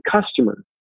customer